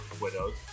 Widows